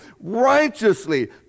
righteously